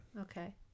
okay